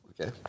Okay